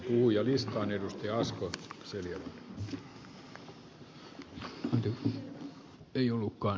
uu ja liisa laine ja asko huoli aika kaukana